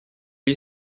eût